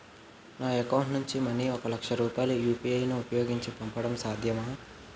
నా అకౌంట్ నుంచి మనీ ఒక లక్ష రూపాయలు యు.పి.ఐ ను ఉపయోగించి పంపడం సాధ్యమా?